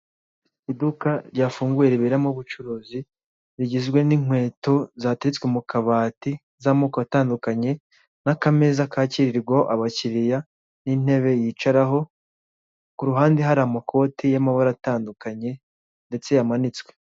Iduka ryafunguye riberamo ubucuruzi rigizwe n'inkweto zateretswe mu kabati z'amoko atandukanye n'akameza kakirirwaho abakiriya n'intebe yicaraho, ku ruhande hari amakote y'amabara atandukanye ndetse yamanitswe.